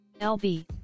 lb